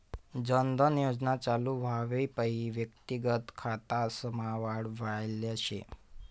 जन धन योजना चालू व्हवापईन व्यक्तिगत खातासमा वाढ व्हयल शे